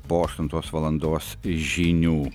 po aštuntos valandos žinių